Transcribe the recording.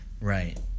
right